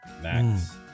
max